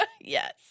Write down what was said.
Yes